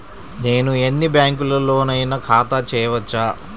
నేను ఎన్ని బ్యాంకులలోనైనా ఖాతా చేయవచ్చా?